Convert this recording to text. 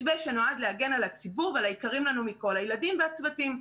מתווה שנועד להגן על הציבור ועל היקרים לנו מכול: הילדים והצוותים.